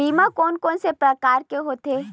बीमा कोन कोन से प्रकार के होथे?